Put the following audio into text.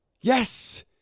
Yes